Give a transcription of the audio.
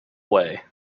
way